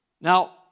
Now